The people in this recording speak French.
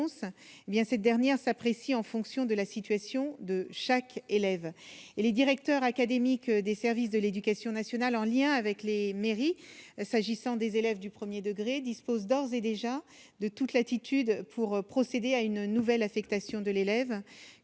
cette dernière s'apprécie en fonction de la situation de chaque élève et les directeurs académiques des services de l'éducation nationale en lien avec les mairies s'agissant des élèves du 1er degré dispose d'ores et déjà de toute latitude pour procéder à une nouvelle affectation de l'élève.